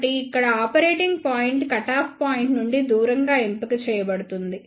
కాబట్టి ఇక్కడ operating point cutoff point నుండి దూరంగా ఎంపిక చేయబడుతుంది